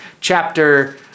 Chapter